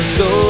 go